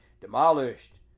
Demolished